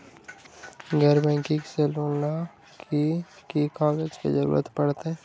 गैर बैंकिंग से लोन ला की की कागज के जरूरत पड़तै?